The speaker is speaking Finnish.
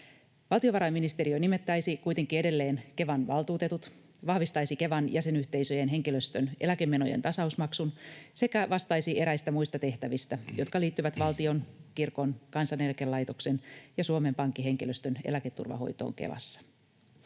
Valtiovarainministeriö nimittäisi kuitenkin edelleen Kevan valtuutetut, vahvistaisi Kevan jäsenyhteisöjen henkilöstön eläkemenojen tasausmaksun sekä vastaisi eräistä muista tehtävistä, jotka liittyvät valtion, kirkon, Kansaneläkelaitoksen ja Suomen Pankin henkilöstön eläketurvan hoitoon Kevassa.